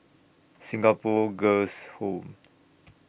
Singapore Girls' Home